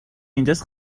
اینجاس